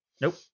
Nope